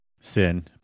Sin